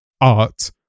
art